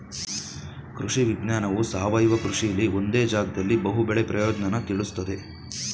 ಕೃಷಿ ವಿಜ್ಞಾನವು ಸಾವಯವ ಕೃಷಿಲಿ ಒಂದೇ ಜಾಗ್ದಲ್ಲಿ ಬಹು ಬೆಳೆ ಪ್ರಯೋಜ್ನನ ತಿಳುಸ್ತದೆ